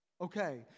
Okay